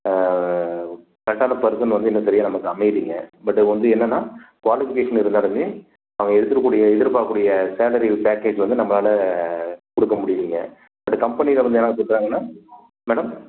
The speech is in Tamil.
கரெக்டான பர்சன் வந்து இன்னும் சரியாக நமக்கு அமையிலைங்க பட்டு அவங்க வந்து என்னென்னா க்வாலிஃபிகேஷன் இருந்தாலுமே அவன் எடுத்துருக்கூடிய எதிர்பார்க்ககூடிய சாலரி பேக்கேஜ் வந்து நம்மளால் கொடுக்க முடியிலைங்க அண்டு கம்பெனியில கொஞ்சம் நாள் சேர்ந்துட்டாங்கனா மேடம்